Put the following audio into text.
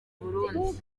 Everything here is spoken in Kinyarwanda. burundi